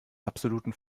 absoluten